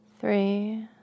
three